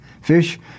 Fish